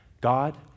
God